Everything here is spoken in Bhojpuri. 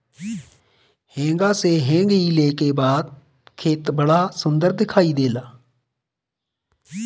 हेंगा से हेंगईले के बाद खेत बड़ा सुंदर दिखाई देला